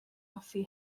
hoffi